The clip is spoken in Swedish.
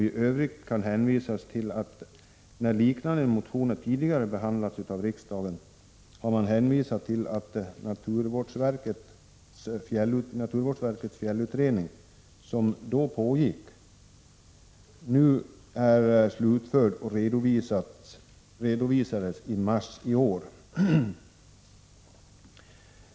I övrigt kan nämnas att när liknande motioner tidigare behandlats av riksdagen har man hänvisat till naturvårdsverkets fjällutredning, som då pågick. Den är nu slutförd och redovisad i mars 1986.